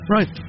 Right